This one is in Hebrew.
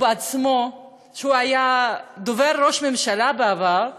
שהיה דובר ראש הממשלה בעבר,